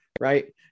right